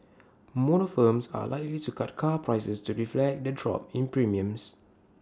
motor firms are likely to cut car prices to reflect the drop in premiums